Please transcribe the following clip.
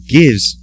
gives